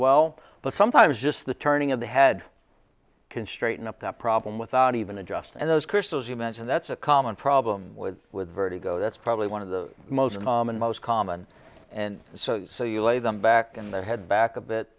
well but sometimes just the turning of the head can straighten up that problem without even a just and those crystals you mentioned that's a common problem with vertigo that's probably one of the most common most common and so so you lay them back in their head back a bit